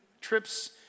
trips